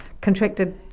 contracted